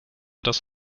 das